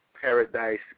Paradise